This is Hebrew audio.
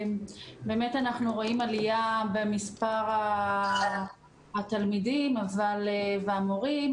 אנחנו באמת רואים עלייה במספר התלמידים והמורים,